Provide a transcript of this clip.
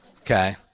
okay